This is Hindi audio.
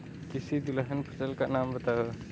किसी तिलहन फसल का नाम बताओ